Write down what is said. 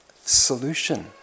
solution